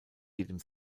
jedem